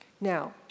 Now